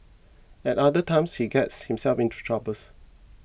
at other times he gets himself into troubles